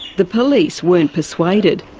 the police weren't persuaded.